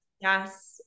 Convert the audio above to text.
Yes